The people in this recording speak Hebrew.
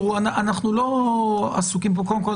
קודם כול,